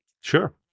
Sure